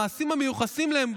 המעשים המיוחסים להם,